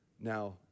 Now